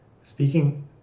Speaking